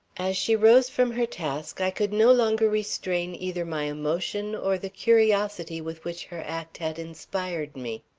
as she rose from her task i could no longer restrain either my emotion or the curiosity with which her act had inspired me.